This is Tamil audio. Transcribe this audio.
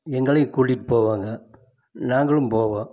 எங்களையும் கூட்டிகிட்டு போவாங்க நாங்களும் போவோம்